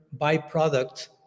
byproduct